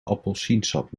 appelsiensap